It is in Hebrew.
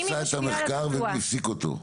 מי עשה את המחקר ומי הפסיק אותו?